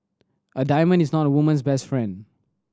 a diamond is not a woman's best friend